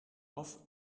off